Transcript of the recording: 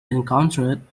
encountered